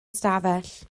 ystafell